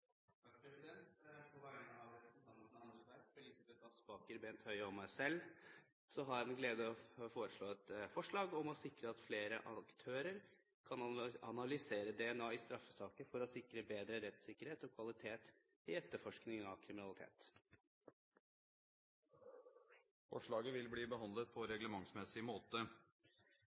På vegne av representantene Anders B. Werp, Elisabeth Aspaker, Bent Høie og meg selv har jeg den glede å legge frem et forslag om å sikre at flere aktører kan analysere DNA i straffesaker for å sikre bedre rettssikkerhet og kvalitet i etterforskning av kriminalitet. Forslaget vil bli behandlet på reglementsmessig måte.